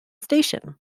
station